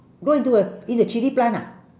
grow into a in a chilli plant ah